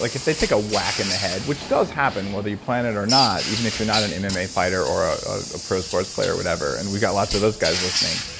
like if they take a whack in the head, which does happen whether you plan it or not even if you're not and a mma fighter or ah a pro sports player, whatever and we got lots of those guys listening.